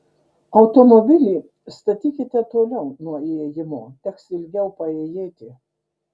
automobilį statykite toliau nuo įėjimo teks ilgiau paėjėti